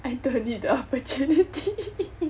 I don't need the opportunity